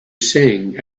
sing